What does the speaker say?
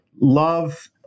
love